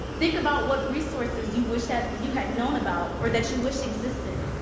think about what resources you wish that you had known about or that you wish existed.